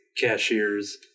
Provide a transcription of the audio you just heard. cashiers